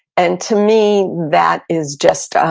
and to me, that is just ah